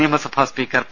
നിയമസഭ speaker P